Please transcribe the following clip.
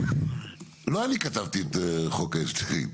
לא אני כתבתי את חוק ההסדרים,